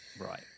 Right